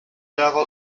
level